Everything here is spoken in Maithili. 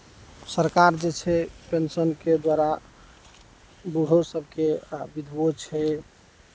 सरकार जे छै पेंशनके द्वारा बुढ़ो सबके आ विधवो छै